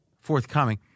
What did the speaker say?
forthcoming